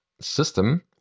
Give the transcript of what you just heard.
system